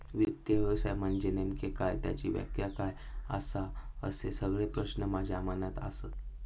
वित्त व्यवसाय म्हनजे नेमका काय? त्याची व्याख्या काय आसा? असे सगळे प्रश्न माझ्या मनात आसत